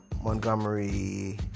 Montgomery